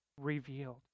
revealed